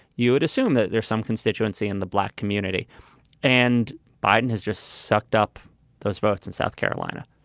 you would assume that there's some constituency in the black community and biden has just sucked up those votes in south carolina.